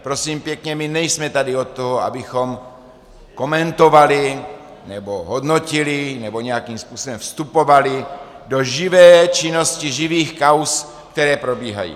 Prosím pěkně, my tady nejsme od toho, abychom komentovali, hodnotili nebo nějakým způsobem vstupovali do živé činnosti živých kauz, které probíhají.